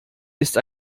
ist